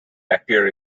appear